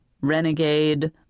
renegade